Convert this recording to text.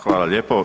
Hvala lijepo.